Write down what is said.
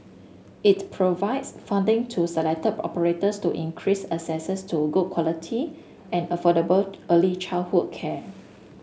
it provides funding to selected operators to increase to good quality and affordable early childhood care